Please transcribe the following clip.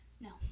no